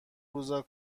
روزا